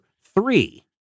three